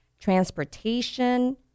transportation